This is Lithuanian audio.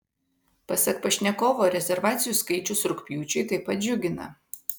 pasak pašnekovo rezervacijų skaičius rugpjūčiui taip pat džiugina